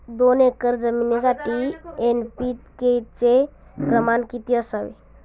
दोन एकर जमीनीसाठी एन.पी.के चे प्रमाण किती असावे?